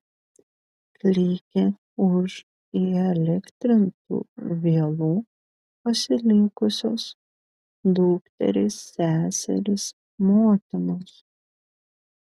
klykė už įelektrintų vielų pasilikusios dukterys seserys motinos